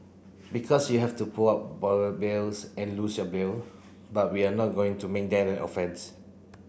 because you have to put up bails and lose your bail but we are not going to make that an offence